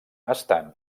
estan